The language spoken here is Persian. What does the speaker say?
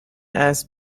اسب